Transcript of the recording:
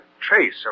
trace